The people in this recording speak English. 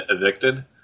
evicted